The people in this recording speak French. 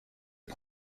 est